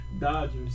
Dodgers